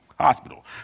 hospital